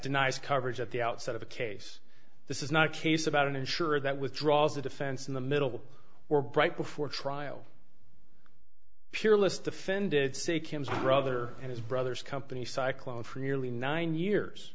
denies coverage at the outset of a case this is not a case about an insurer that withdraws a defense in the middle or right before trial peerless defended say kim's brother and his brother's company cyclon for nearly nine years